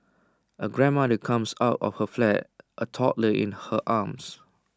A grandmother comes out of her flat A toddler in her arms